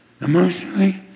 Emotionally